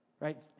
Right